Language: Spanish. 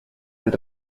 del